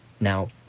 Now